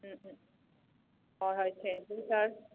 ꯎꯝ ꯎꯝ ꯍꯣꯏ ꯍꯣꯏ ꯊꯦꯡꯀꯤꯌꯨ ꯁꯥꯔ